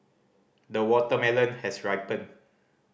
the watermelon has ripened